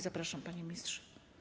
Zapraszam, panie ministrze.